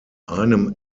einem